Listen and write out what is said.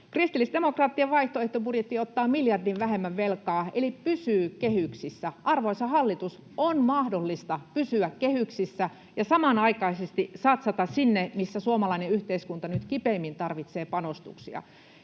Kristillisdemokraattien vaihtoehtobudjetti ottaa miljardin vähemmän velkaa eli pysyy kehyksissä. Arvoisa hallitus, on mahdollista pysyä kehyksissä ja samanaikaisesti satsata sinne, missä suomalainen yhteiskunta nyt kipeimmin tarvitsee panostuksia.